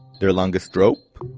their longest rope?